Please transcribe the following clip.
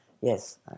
Yes